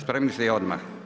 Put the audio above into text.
Spremni ste odmah.